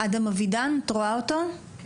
אם